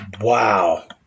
Wow